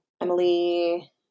Emily